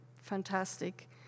fantastic